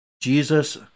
Jesus